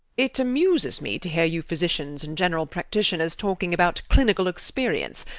it amuses me to hear you physicians and general practitioners talking about clinical experience.